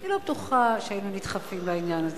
אני לא בטוחה שהיינו נדחפים לעניין הזה.